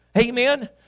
amen